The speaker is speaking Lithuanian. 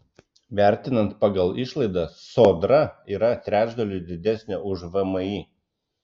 vertinant pagal išlaidas sodra yra trečdaliu didesnė už vmi